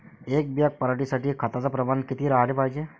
एक बॅग पराटी साठी खताचं प्रमान किती राहाले पायजे?